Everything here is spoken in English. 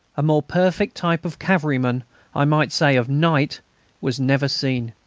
a more perfect type of cavalryman i might say, of knight was never seen.